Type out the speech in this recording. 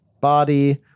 body